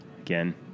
Again